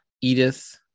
Edith